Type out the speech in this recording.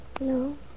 No